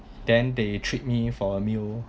then they treat me for a meal